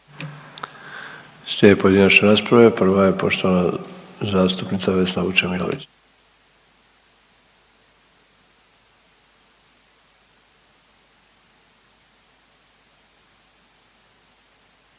Slijede pojedinačne rasprave, prva je poštovana zastupnica Vesna Vučemilović.